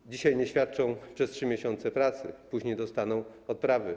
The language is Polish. Od dzisiaj nie świadczą przez 3 miesiące pracy, później dostaną odprawy.